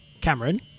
Cameron